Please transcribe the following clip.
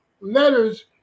letters